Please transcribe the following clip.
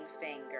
finger